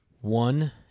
One